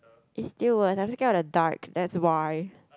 it's still worse I'm scared of the dark that's why